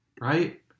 right